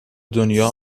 دنیا